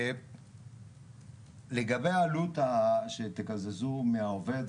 לגבי עלות שתקזזו מהעובד,